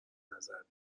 نظر